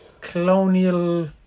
colonial